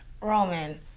Roman